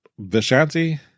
Vishanti